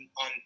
on